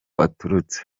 aturutse